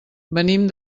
venim